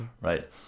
right